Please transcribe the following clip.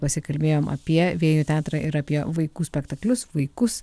pasikalbėjom apie vėjų teatrą ir apie vaikų spektaklius vaikus